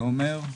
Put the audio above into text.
תומר,